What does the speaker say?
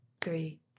three